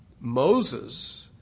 Moses